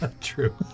True